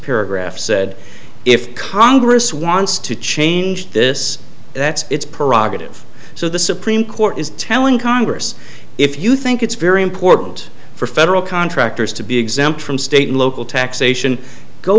paragraph said if congress wants to change this that it's parag if so the supreme court is telling congress if you think it's very important for federal contractors to be exempt from state and local taxation go